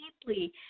deeply